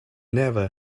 never